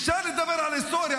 אפשר לדבר על היסטוריה,